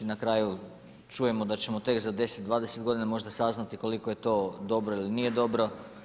Na kraju čujemo da ćemo tek za 10, 20 g. možda saznati koliko je to dobro ili nije dobro.